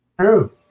True